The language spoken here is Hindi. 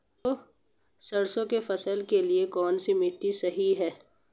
सरसों की फसल के लिए कौनसी मिट्टी सही हैं?